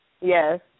Yes